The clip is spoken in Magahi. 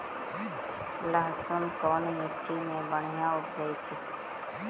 लहसुन कोन मट्टी मे बढ़िया उपजतै?